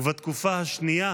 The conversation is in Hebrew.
ובתקופה השנייה